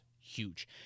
huge